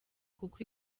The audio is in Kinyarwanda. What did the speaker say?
kuko